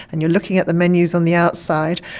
and you're looking at the menus on the outside,